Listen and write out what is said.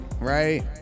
right